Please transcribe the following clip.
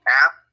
app